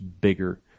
bigger